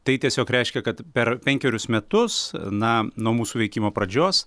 tai tiesiog reiškia kad per penkerius metus na nuo mūsų veikimo pradžios